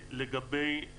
לגבי